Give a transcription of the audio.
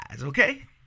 okay